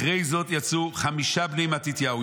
אחרי זאת יצאו חמישה בני מתתיהו,